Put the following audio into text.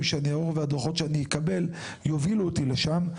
שאני אערוך והדוחות שאני אקבל יובילו אותי לשם.